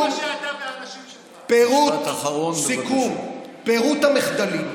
פירוט המחדלים,